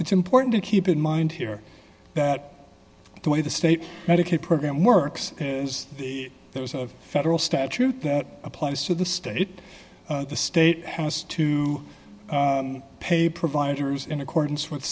it's important to keep in mind here that the way the state medicaid program works is there was a federal statute that applies to the state the state has to pay providers in accordance with